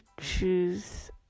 choose